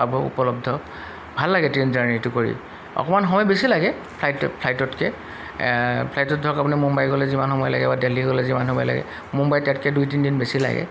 পাব উপলব্ধ ভাল লাগে ট্ৰেইন জাৰ্ণীটো কৰি অকণমান সময় বেছি লাগে ফ্লাইট ফ্লাইটতকৈ ফ্লাইটত ধৰক আপুনি মুম্বাই গ'লে যিমান সময় লাগে বা দেলহী গ'লে যিমান সময় লাগে মুম্বাই তাতকৈ দুই তিনিদিন বেছি লাগে